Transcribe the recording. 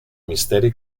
misteri